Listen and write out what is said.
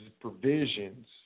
provisions